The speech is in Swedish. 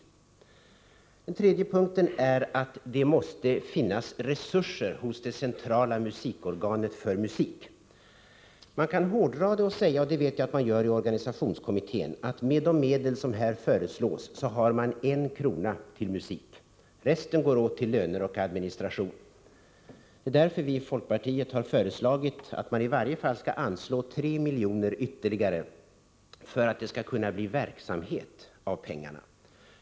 Den tredje punkten är att det måste finnas resurser hos det centrala musikorganet för musik. Man kan hårdra detta — det vet jag att man gör i organisationskommittén — och säga att med de medel som föreslås blir det en krona till musik, medan resten går åt till löner och administration. Det är därför som vi i folkpartiet har föreslagit att vi i varje fall skulle anslå 3 milj.kr. ytterligare, för att det skall bli verksamhet för pengarna.